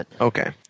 Okay